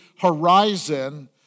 horizon